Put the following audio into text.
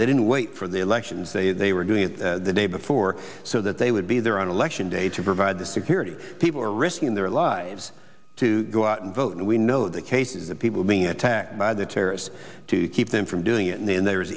they didn't wait for the elections they were doing it the day before so that they would be there on election day to provide the security people are risking their lives to go out and vote and we know the cases of people being attacked by the terrorists to keep them from doing it and then there